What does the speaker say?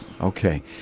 Okay